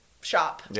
shop